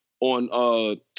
on